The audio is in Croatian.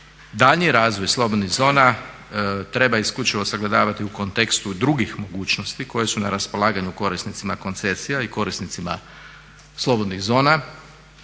Daljnji razvoj slobodnih zona treba isključivo sagledavati u kontekstu drugih mogućnosti koje su na raspolaganju korisnicima koncesija i korisnicima slobodnih zona.